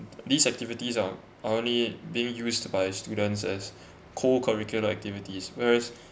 these activities are only being used by students as co-curricular activities whereas